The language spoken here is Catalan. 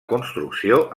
construcció